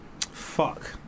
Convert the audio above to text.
Fuck